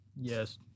Yes